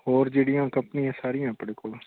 ਹੋਰ ਜਿਹੜੀਆਂ ਕੰਪਨੀਆਂ ਸਾਰੀਆਂ ਆਪਣੇ ਕੋਲ